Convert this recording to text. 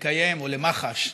או למח"ש,